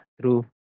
true